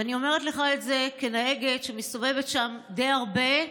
ואני אומרת לך את זה כנהגת שמסתובבת שם די הרבה,